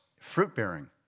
Fruit-bearing